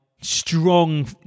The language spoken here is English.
strong